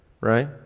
right